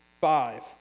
five